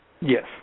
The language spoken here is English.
Yes